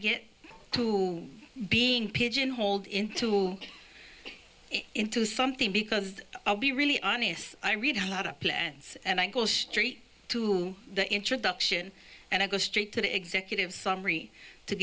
get to being pigeonholed into into something because i'll be really honest i read a lot of plans and i go straight to the introduction and i go straight to the executive